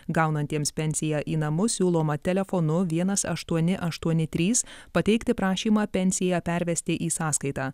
gaunantiems pensiją į namus siūloma telefonu vienas aštuoni aštuoni trys pateikti prašymą pensiją pervesti į sąskaitą